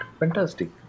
fantastic